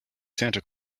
santa